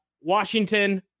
Washington